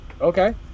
Okay